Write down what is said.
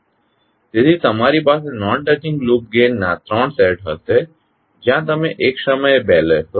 તેથી તમારી પાસે નોન ટચિંગ લૂપ ગેઇનના 3 સેટ હશે જ્યાં તમે એક સમયે બે લેશો